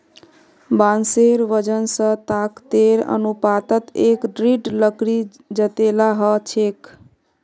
बांसेर वजन स ताकतेर अनुपातत एक दृढ़ लकड़ी जतेला ह छेक